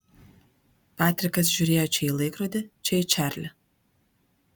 patrikas žiūrėjo čia į laikrodį čia į čarlį